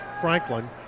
Franklin